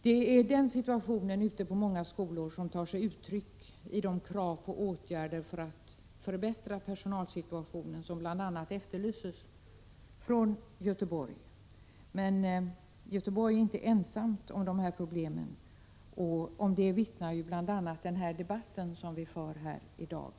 Det är den situationen i många skolor som ligger bakom krav på åtgärder för att man skall kunna förbättra arbetssituation. Bl.a. Göteborg har efterlyst åtgärder, men det är inte bara där som man har de här problemen. Därom vittnar bl.a. den debatt som vi för här i dag.